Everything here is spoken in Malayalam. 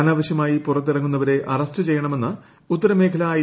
അനാവശ്യമായി പുറത്തിറങ്ങുന്നവരെ അറസ്റ്റ് ചെയ്യുമെന്ന് ഉത്തരമേഖല്ല് ഐ